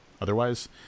Otherwise